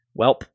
Welp